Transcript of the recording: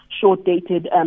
short-dated